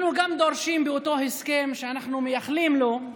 אנחנו גם דורשים, באותו הסכם שאנחנו מייחלים לו,